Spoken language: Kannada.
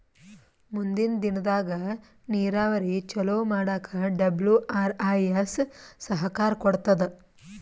ಮುಂದಿನ್ ದಿನದಾಗ್ ನೀರಾವರಿ ಚೊಲೋ ಮಾಡಕ್ ಡಬ್ಲ್ಯೂ.ಆರ್.ಐ.ಎಸ್ ಸಹಕಾರ್ ಕೊಡ್ತದ್